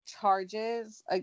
charges